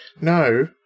No